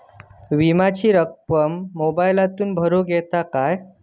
विमाची रक्कम मोबाईलातसून भरुक मेळता काय?